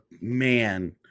man